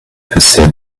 perceived